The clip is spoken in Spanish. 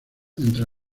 entre